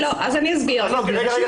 היסוד הנפשי,